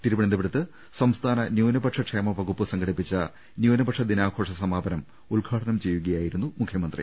തിരുവനന്തപുരത്ത് സംസ്ഥാന ന്യൂനപക്ഷക്ഷേമവ കുപ്പ് സംഘടിപ്പിച്ച ന്യൂനപക്ഷദിനാഘോഷ സമാപനം ഉദ്ഘാടനം ചെയ്യു കയായിരുന്നു മുഖ്യമന്ത്രി